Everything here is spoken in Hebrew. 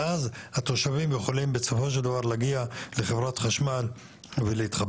ואז התושבים יכולים בסופו של דבר להגיע לחברת חשמל ולהתחבר.